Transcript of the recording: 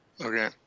Okay